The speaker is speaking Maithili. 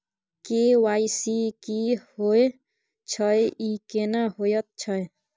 के.वाई.सी की होय छै, ई केना होयत छै?